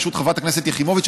בראשות חברת הכנסת יחימוביץ,